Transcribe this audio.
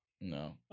No